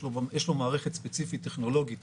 יש לו מערכת טכנולוגית ספציפית